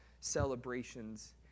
celebrations